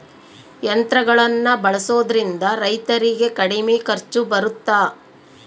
ಯಂತ್ರಗಳನ್ನ ಬಳಸೊದ್ರಿಂದ ರೈತರಿಗೆ ಕಡಿಮೆ ಖರ್ಚು ಬರುತ್ತಾ?